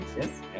yes